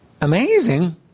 amazing